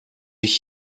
ich